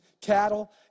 cattle